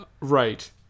Right